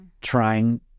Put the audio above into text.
trying